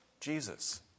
Jesus